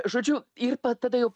žodžiu ir pa tada jau